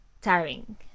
tiring